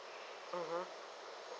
mmhmm